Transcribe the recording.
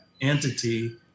entity